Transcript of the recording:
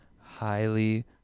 highly